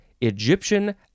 Egyptian